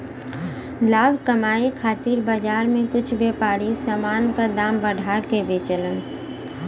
लाभ कमाये खातिर बाजार में कुछ व्यापारी समान क दाम बढ़ा के बेचलन